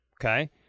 Okay